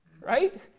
Right